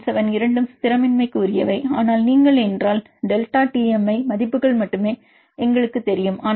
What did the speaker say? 97 இரண்டும் ஸ்திரமின்மைக்குரியவை ஆனால் நீங்கள் என்றால் டெல்டாவை Tm மதிப்புகள் மட்டுமே எங்களுக்குத் தெரியும்